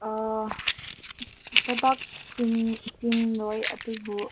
ꯊꯕꯛ ꯆꯤꯟꯂꯣꯏ ꯑꯗꯨꯕꯨ